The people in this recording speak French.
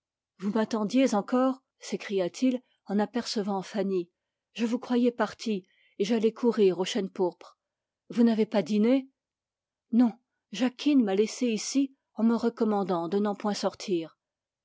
vous m'attendez encore s'écria-t-il en apercevant fanny je vous croyais partie et j'allais courir au chênepourpre vous n'avez pas dîné non jacquine m'a laissée ici en me recommandant de n'en point sortir